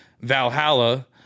Valhalla